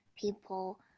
people